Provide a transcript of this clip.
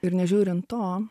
ir nežiūrint to